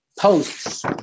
posts